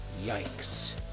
Yikes